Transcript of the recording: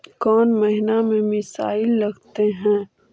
कौन महीना में मिसाइल लगते हैं?